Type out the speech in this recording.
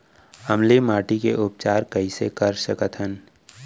अम्लीय माटी के उपचार कइसे कर सकत हन?